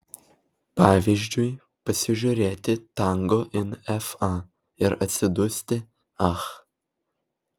pavyzdžiui pasižiūrėti tango in fa ir atsidusti ach